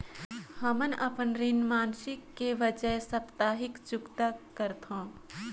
हमन अपन ऋण मासिक के बजाय साप्ताहिक चुकता करथों